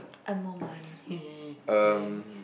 earn more money